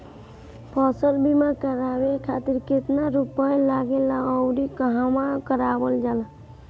फसल बीमा करावे खातिर केतना रुपया लागेला अउर कहवा करावल जाला?